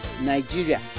Nigeria